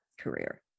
career